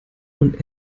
und